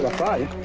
five.